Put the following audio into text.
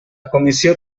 comissió